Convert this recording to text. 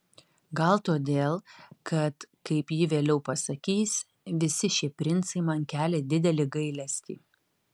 gal todėl kad kaip ji vėliau pasakys visi šie princai man kelia didelį gailestį